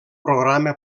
programa